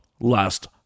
last